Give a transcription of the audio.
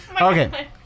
Okay